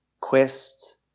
quest